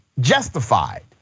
justified